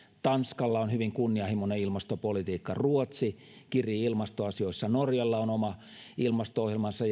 tanskalla on hyvin kunnianhimoinen ilmastopolitiikka ruotsi kirii ilmastoasioissa norjalla on oma ilmasto ohjelmansa